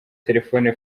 telefoni